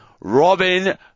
Robin